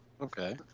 Okay